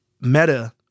Meta